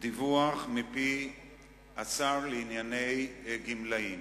דיווח מפי השר לענייני גמלאים,